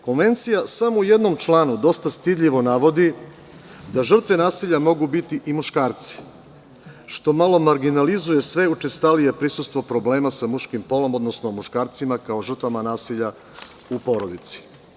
Konvencija samo u jednom članu dosta stidljivo navodi da žrtve nasilja mogu biti i muškarci, što malo marginalizuje sve učestalije prisustvo problema sa muškim polom, muškarcima, kao žrtvama nasilja u porodici.